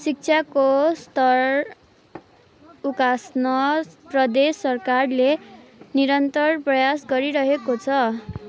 शिक्षाको स्तर उकास्न प्रदेश सरकारले निरन्तर प्रयास गरिरहेको छ